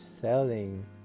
selling